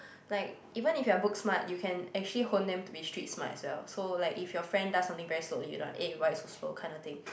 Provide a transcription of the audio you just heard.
like even if you are book smart you can actually hone them to be street smart as well so like if your friend does something very slowly you don't want eh why you so slow this kind of thing